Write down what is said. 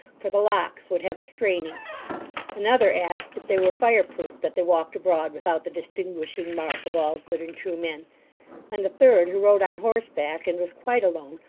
for the locks would have a straining another asked if they were fire-proof, that they walked abroad without the distinguishing mark of all good and true men and a third who rode on horseback, and was quite alone,